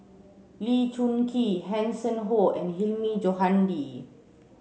Lee Choon Kee Hanson Ho and Hilmi Johandi